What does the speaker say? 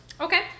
Okay